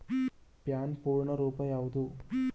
PAN ಪೂರ್ಣ ರೂಪ ಯಾವುದು?